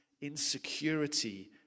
insecurity